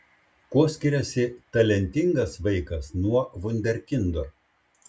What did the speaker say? kuo skiriasi talentingas vaikas nuo vunderkindo